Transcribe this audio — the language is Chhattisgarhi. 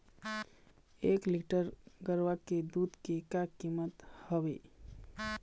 एक लीटर गरवा के दूध के का कीमत हवए?